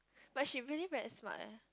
but she really very smart leh